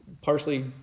partially